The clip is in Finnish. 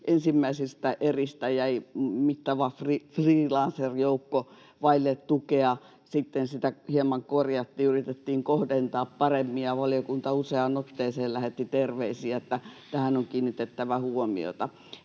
ensimmäisistä eristä jäi mittava freelancerjoukko vaille tukea. Sitten sitä hieman korjattiin, yritettiin kohdentaa paremmin, ja valiokunta useaan otteeseen lähetti terveisiä, että tähän on kiinnitettävä huomiota.